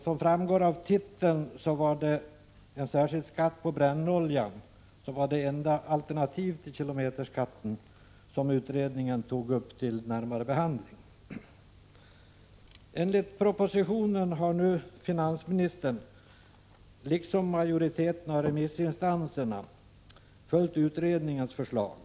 Som framgår av titeln till betänkandet var en särskild skatt på brännolja det enda alternativ till kilometerskatten som utredningen tog upp till närmare behandling. Enligt propositionen har nu finansministern liksom majoriteten av remissinstanserna följt utredningens förslag.